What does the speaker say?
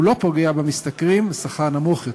הוא לא פוגע במשתכרים שכר נמוך יותר.